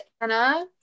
Anna